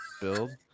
build